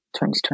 2020